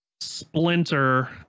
Splinter